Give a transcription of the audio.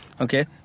okay